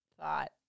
thought